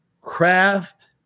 craft